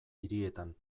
hirietan